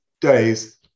days